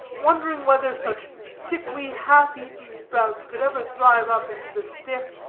wondering whether such sickly, half-eaten sprouts, could ever thrive up into the stiff,